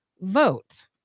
vote